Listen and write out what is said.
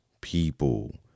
people